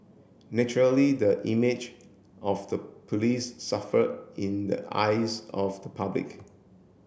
naturally the image of the police suffered in the eyes of the public